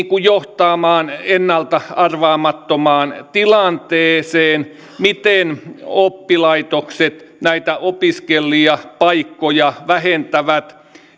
johtamaan ennalta arvaamattomaan tilanteeseen siinä miten oppilaitokset näitä opiskelijapaikkoja vähentävät